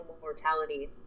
mortality